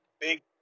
big